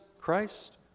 Christ